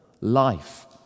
life